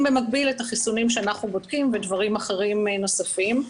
במקביל את החיסונים שאנחנו בודקים ודברים אחרים נוספים.